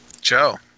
Joe